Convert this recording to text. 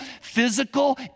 physical